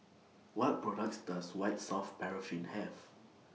What products Does White Soft Paraffin Have